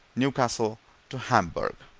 newcastle to hamburg.